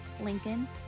Lincoln